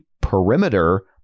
perimeter